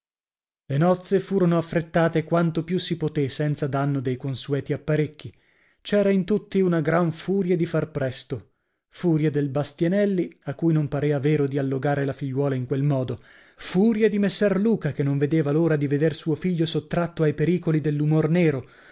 le nozze furono affrettate quanto più si potè senza danno dei consueti apparecchi c'era in tutti una gran furia di far presto furia del bastianellì a cui non parea vero di allogare la figliuola in quel modo furia di messer luca che non vedeva l'ora di veder suo figlio sottratto ai pericoli dell'umor nero